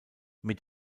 mit